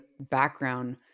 background